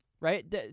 right